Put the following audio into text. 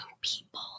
people